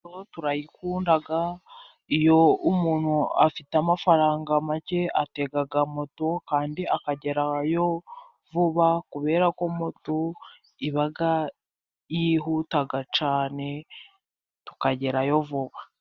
Moto turayikunda iyo umuntu afite amafaranga make atega moto kandi akagerayo vuba, kubera ko moto iba yihuta cyane, tukagerayo vuba.